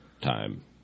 time